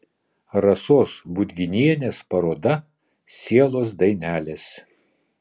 rasos budginienės paroda sielos dainelės